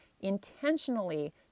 intentionally